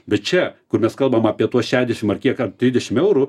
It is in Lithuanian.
bet čia kur mes kalbam apie tuos šešiasdešim ar kiek ar trisdešim eurų